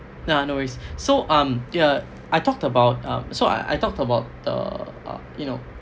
nah no worries so um ya I talked about uh so I I talked about uh you know